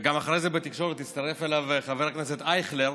ואחרי זה בתקשורת גם הצטרף אליו חבר הכנסת אייכלר,